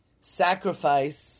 sacrifice